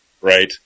right